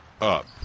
up